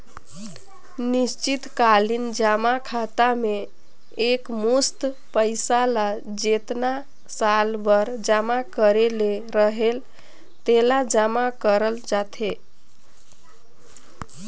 निस्चित कालीन जमा खाता में एकमुस्त पइसा ल जेतना साल बर जमा करे ले रहेल तेला जमा करल जाथे